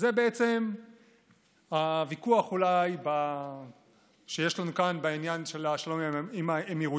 זה הוויכוח שאולי שיש לנו כאן בעניין של השלום עם האמירויות.